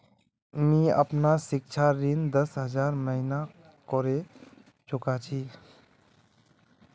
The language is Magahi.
मी अपना सिक्षा ऋण दस हज़ार महिना करे चुकाही